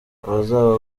abazaba